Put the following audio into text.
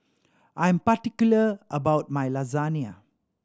I am particular about my Lasagna